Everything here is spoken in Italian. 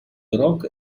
rock